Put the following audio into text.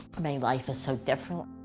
my life is so different.